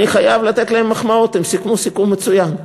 אני חייב לתת להם מחמאות, הם סיכמו סיכום מצוין.